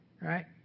right